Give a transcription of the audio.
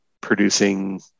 producing